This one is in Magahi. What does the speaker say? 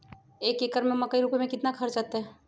एक एकर में मकई रोपे में कितना खर्च अतै?